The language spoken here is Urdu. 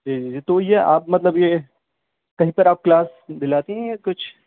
جی تو یہ آپ مطلب یہ کہیں پر آپ کلاس دلاتی ہیں کچھ